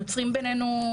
יוצרים בינינו,